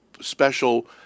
special